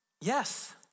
Yes